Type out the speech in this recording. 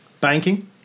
Banking